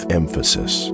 emphasis